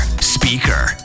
speaker